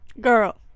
girl